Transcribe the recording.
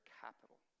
capital